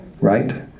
right